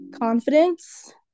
confidence